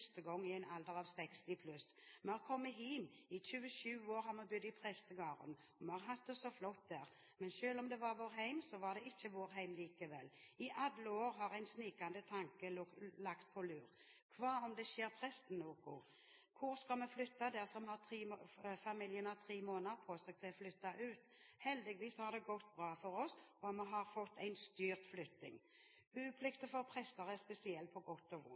gong, i ein alder av 60+. Vi har kome heim, heim til Skår! I 27 år har vi budd i prestegarden i Masfjorden, og vi har hatt det så flott der! Men sjølv om det var vår heim så var det ikkje vår heim likevel. I alle år har ein snikande tanke lagt på lur, kva om noko skjer med presten? Kvar skal vi flytta dersom familien har tre mnd. på seg å flytta ut på? Heldigvis har det gått bra for oss, og vi har fått ei «styrt» flytting. Buplikta for prestar er spesiell, på godt og